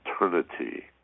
eternity